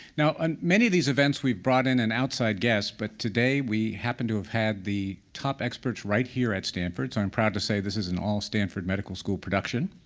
now at many of these events, we've brought in an outside guest. but today, we happen to have had the top experts right here at stanford, so i'm proud to say this is an all stanford medical school production.